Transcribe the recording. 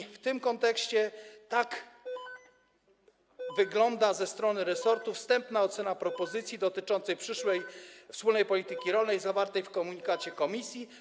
I w tym kontekście tak wygląda ze strony resortu wstępna ocena propozycji dotyczącej przyszłej wspólnej polityki rolnej, zawartej w komunikacie Komisji.